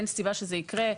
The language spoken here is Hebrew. אין סיבה שזה יקרה.